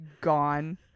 gone